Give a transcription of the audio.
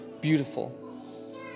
beautiful